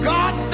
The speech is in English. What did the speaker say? God